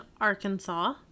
Arkansas